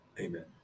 Amen